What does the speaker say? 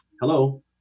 hello